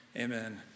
amen